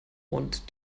und